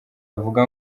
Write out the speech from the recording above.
bavuga